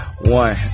One